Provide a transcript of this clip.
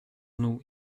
nous